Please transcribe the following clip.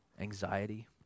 anxiety